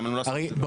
הרי,